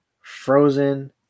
Frozen